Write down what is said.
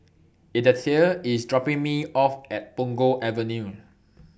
Edythe IS dropping Me off At Punggol Avenue